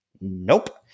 Nope